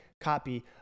copy